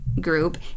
group